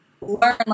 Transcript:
learn